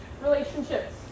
relationships